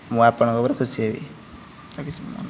ମୁଁ ଆପଣଙ୍କ ଉପରେ ଖୁସି ହେବି